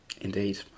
Indeed